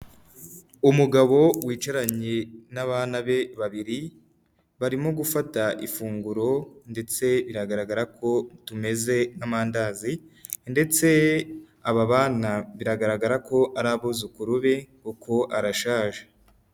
Umugabo wicaranye n'abana be babiri barimo gufata ifunguro ndetse biragaragara ko tumeze nk'amandazi ndetse aba bana biragaragara ko ari abuzukuru be kuko arashaje.